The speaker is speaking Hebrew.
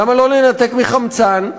למה לא לנתק מחמצן?